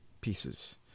pieces